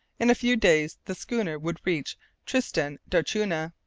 in a few days the schooner would reach tristan d'acunha,